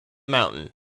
mountain